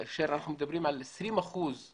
כאשר אנחנו מדברים על 20 אחוזים